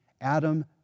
Adam